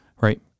right